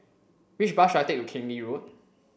which bus should I take to Keng Lee Road